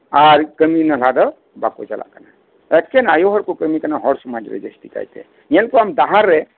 ᱟᱨ ᱠᱟᱹᱢᱤ ᱱᱟᱞᱦᱟ ᱫᱚ ᱵᱟᱠᱚ ᱪᱟᱞᱟᱜ ᱠᱟᱱᱟ ᱮᱠᱮᱱ ᱟᱹᱭᱩ ᱦᱚᱲ ᱠᱚ ᱠᱟᱹᱢᱤ ᱠᱟᱱᱟ ᱦᱚᱲ ᱥᱚᱢᱟᱡ ᱨᱮ ᱡᱟᱹᱥᱛᱤ ᱠᱟᱭᱛᱮ ᱧᱮᱞ ᱠᱚᱢ ᱰᱟᱦᱟᱨ ᱨᱮ